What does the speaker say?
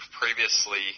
previously